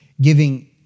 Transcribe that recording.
giving